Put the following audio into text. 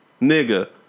Nigga